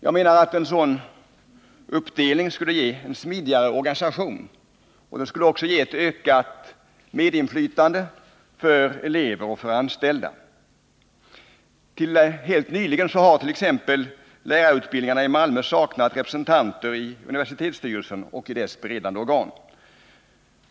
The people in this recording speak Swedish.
Jag menar att en sådan uppdelning skulle ge en smidigare organisation och ett ökat inflytande för elever och anställda. Till helt nyligen har t.ex. lärarutbildningarna i Malmö saknat representant i universitetsstyrelsen och dess beredande organ.